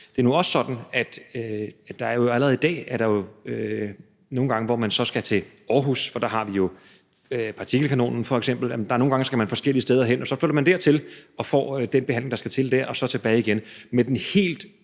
Det er nu også sådan, at der allerede i dag er nogle gange, hvor man så skal til Aarhus, for der har vi jo f.eks. partikelkanonen. Nogle gange skal man forskellige steder hen, og så flytter man dertil og får den behandling, der skal til dér, og så tilbage igen. Men med den helt